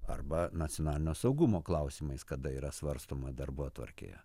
arba nacionalinio saugumo klausimais kada yra svarstoma darbotvarkėje